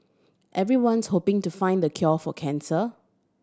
everyone's hoping to find the cure for cancer